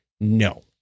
no